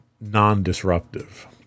non-disruptive